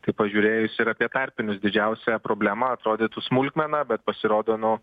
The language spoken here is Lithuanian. tai pažiūrėjus ir apie tarpinius didžiausia problema atrodytų smulkmena bet pasirodo nu